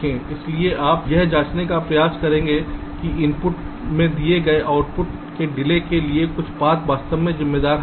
इसलिए आप यह जांचने का प्रयास करते हैं कि इनपुट से दिए गए आउटपुट में डिले के लिए पथ वास्तव में जिम्मेदार है या नहीं